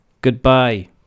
Goodbye